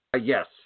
Yes